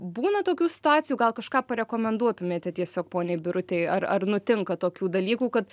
būna tokių situacijų gal kažką rekomenduotumėte tiesiog poniai brutei ar ar nutinka tokių dalykų kad